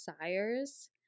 desires